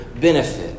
benefit